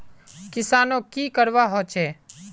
किसानोक की करवा होचे?